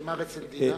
גם אצל דינה.